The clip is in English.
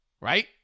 Right